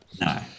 No